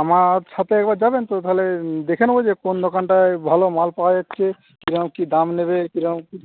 আমার সাথে একবার যাবেন তো তাহলে দেখে নেব যে কোন দোকানটাই ভালো মাল পাওয়া যাচ্ছে কিরকম কি দাম নেবে কিরকম কি